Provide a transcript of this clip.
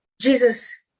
Jesus